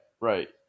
right